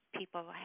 people